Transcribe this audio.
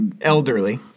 elderly